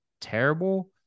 terrible